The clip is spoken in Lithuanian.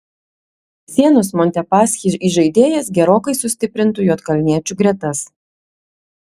sienos montepaschi įžaidėjas gerokai sustiprintų juodkalniečių gretas